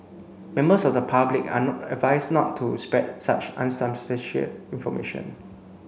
members of the public are not advised not to spread such unsubstantiated information